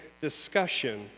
discussion